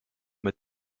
mit